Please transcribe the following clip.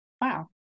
Wow